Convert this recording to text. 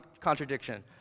contradiction